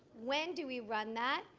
when do we run that?